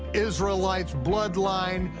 israelites, bloodline,